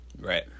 Right